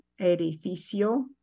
edificio